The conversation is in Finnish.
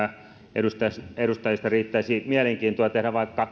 meistä edustajista riittäisi mielenkiintoa tehdä vaikka